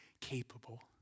capable